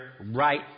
right